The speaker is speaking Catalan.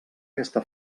aquesta